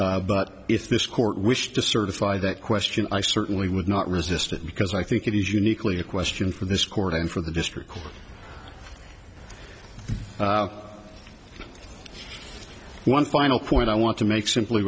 sufficient but if this court wish to certify that question i certainly would not resist it because i think it is uniquely a question for this court and for the district court one final point i want to make simply